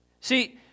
See